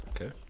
Okay